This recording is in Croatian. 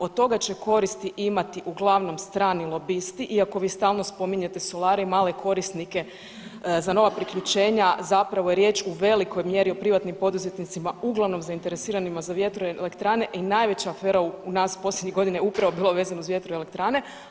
Od toga će koristi imati uglavnom strani lobisti, iako vi stalno spominjete solare i male korisnike za nova priključenja zapravo je riječ u velikoj mjeri o privatnim poduzetnicima uglavnom zainteresiranima za vjetroelektrane i najveća afera u nas posljednjih godina je upravo bila vezano uz vjetroelektrane.